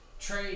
Trade